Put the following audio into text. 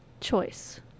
choice